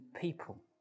people